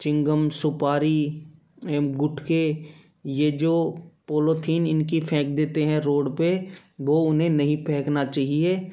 चिंगम सुपारी एवं गुटके ये जो पोलोथीन इनकी फेंक देते हैं रोड पर वो उन्हें नहीं फेकना चाहिए